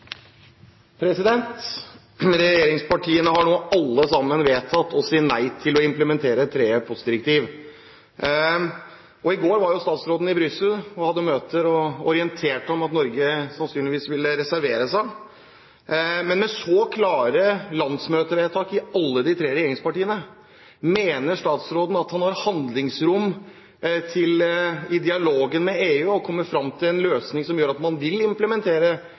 regjeringspartiene har nå vedtatt å si nei til å implementere det tredje postdirektivet. I går var utenriksministeren i Brussel og hadde møter og orienterte om at Norge sannsynligvis vil reservere seg. Mener utenriksministeren at han i dialogen med EU har handlingsrom for å komme fram til en løsning som gjør at man vil implementere